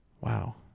Wow